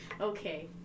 Okay